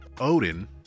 Odin